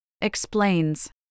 explains